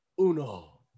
uno